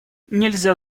нельзя